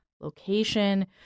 location